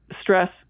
stress